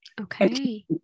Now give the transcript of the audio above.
okay